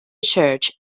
church